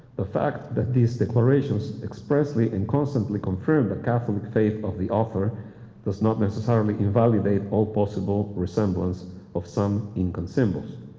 the fact that these declarations expressly and constantly confirm the catholic faith of the offer does not necessarily invalidate all possible resemblance of some incan symbols.